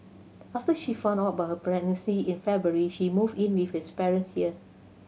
after she found out about her pregnancy in February she moved in with his parents here